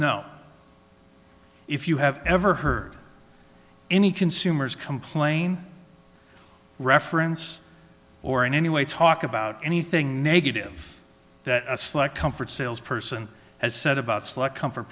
know if you have ever heard any consumers complain reference or in any way talk about anything negative that a sly comfort sales person has said about select comfort